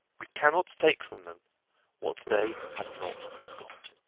we cannot take from them what they have not got.